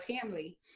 family